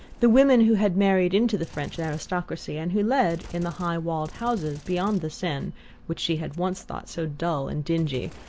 the women who had married into the french aristocracy, and who led, in the high-walled houses beyond the seine which she had once thought so dull and dingy,